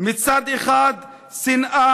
מצד אחד שנאה,